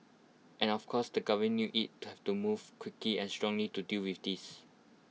and of course the govern knew IT had to move quickly and strongly to deal with this